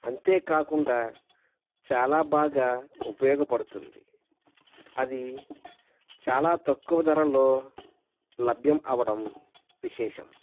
అంతేకాకుండా చాలా బాగా ఉపయోగపడుతుంది అది చాలా తక్కువ ధరలో లభ్యం అవడం విశేషం